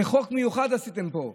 חוק מיוחד עשיתם פה.